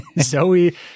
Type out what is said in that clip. Zoe